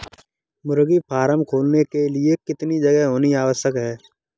मुर्गी फार्म खोलने के लिए कितनी जगह होनी आवश्यक है?